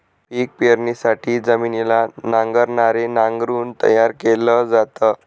पिक पेरणीसाठी जमिनीला नांगराने नांगरून तयार केल जात